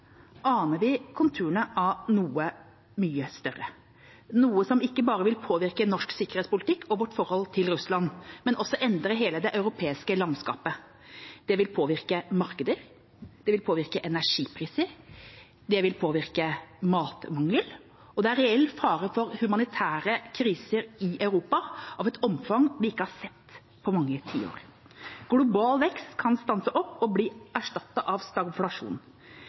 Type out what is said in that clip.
aner vi konturene av noe mye større, noe som ikke bare vil påvirke norsk sikkerhetspolitikk og vårt forhold til Russland, men også endre hele det europeiske landskapet. Det vil påvirke markeder, det vil påvirke energipriser, det vil påvirke matmangel, og det er reell fare for humanitære kriser i Europa av et omfang vi ikke har sett på mange tiår. Global vekst kan stanse opp og bli erstattet av stagflasjon.